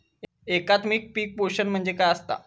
एकात्मिक पीक पोषण म्हणजे काय असतां?